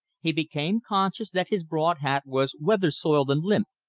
he became conscious that his broad hat was weather-soiled and limp,